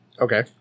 Okay